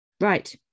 Right